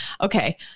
okay